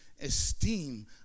esteem